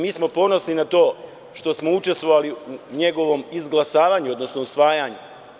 Mi smo ponosni na to što smo učestvovali u njegovom izglasavanju, odnosno usvajanju.